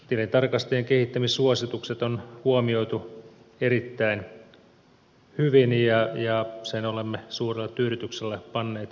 tilintarkastajien kehittämissuositukset on huomioitu erittäin hyvin ja sen olemme suurella tyydytyksellä panneet merkille